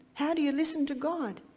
how do you listen to god?